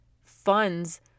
funds